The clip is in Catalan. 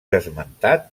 esmentat